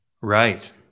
Right